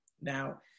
Now